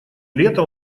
лета